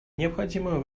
необходимую